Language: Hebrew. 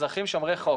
אזרחים שומרי חוק.